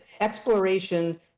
exploration